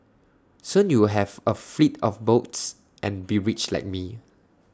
soon you'd have A fleet of boats and be rich like me